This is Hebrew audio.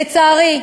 לצערי,